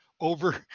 over